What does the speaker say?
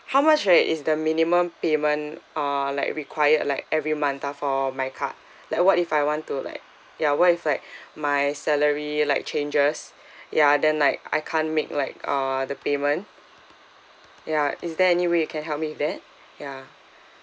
how much right is the minimum payment uh like required like every month ah for my card like what if I want to like ya what if like my salary like changes ya then like I can't make like uh the payment ya is there any way you can help me with that ya